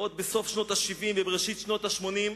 עוד בסוף שנות ה-70 ובראשית שנות ה-80,